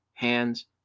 hands